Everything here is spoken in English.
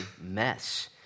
mess